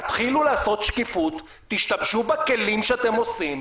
תשתמשו בכלים שאתם עושים,